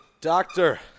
Doctor